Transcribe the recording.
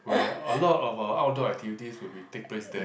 where a lot of our outdoor activities will be take place there